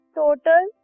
total